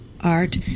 art